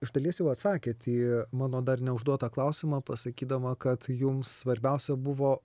iš dalies jau atsakėt į mano dar neužduotą klausimą pasakydama kad jums svarbiausia buvo